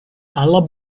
aller